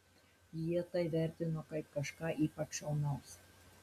jie tai vertino kaip kažką ypač šaunaus